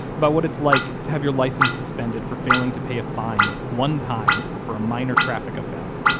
about what it's like to have your license suspended for failing to pay a fine, one time, for a minor traffic offense,